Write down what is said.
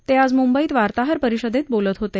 ते आज मुंबईत वार्ताहर परिषदेत बोलत होते